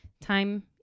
time